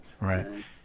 right